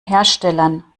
herstellern